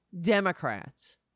Democrats